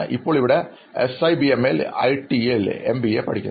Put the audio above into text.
ഇപ്പോൾ ഞാൻ ഇവിടെ എസ്ഐബിഎമ്മിൽ ഐടിയിൽ എംബിഎ പഠിക്കുന്നു